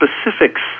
specifics